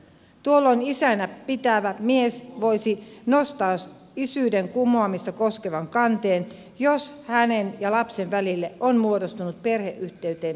tuolloin isänä itseään pitävä mies voisi nostaa isyyden kumoamista koskevan kanteen jos hänen ja lapsen välille on muodostunut perheyhteyteen rinnastettava suhde